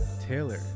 Taylor